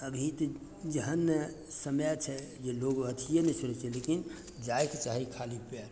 अभी तऽ जेहने समय छै जे लोग अथीये नहि सुनय छै लेकिन जाइके चाही खाली पयर